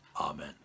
Amen